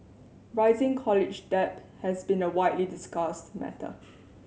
rising college debt has been a widely discussed matter